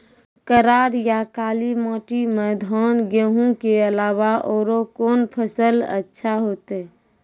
करार या काली माटी म धान, गेहूँ के अलावा औरो कोन फसल अचछा होतै?